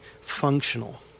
functional